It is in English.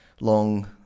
long